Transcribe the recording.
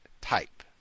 type